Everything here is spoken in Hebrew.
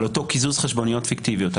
על אותו קיזוז חשבוניות פיקטיביות.